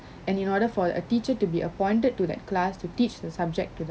and in order for a teacher to be appointed to that class to teach the subject to the